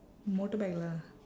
motorbike lah